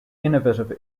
innovative